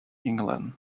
england